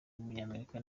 w’umunyamerika